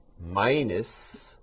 minus